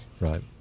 Right